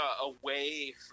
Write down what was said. away